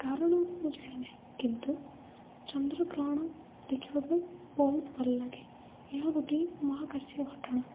କାରଣ ମୁଁ ଜାଣିନାହିଁ କିନ୍ତୁ ଚନ୍ଦ୍ରଗ୍ରହଣ ଦେଖିବା ପାଇଁ ବହୁତ ଭଲ ଲାଗେ ଏହା ଗୋଟିଏ ମହାକାଶୀୟ ଘଟଣା